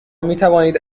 میتوانید